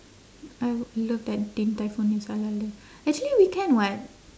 I love that din tai fung is halal there actually we can [what]